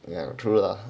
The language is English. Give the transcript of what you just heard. ya true lah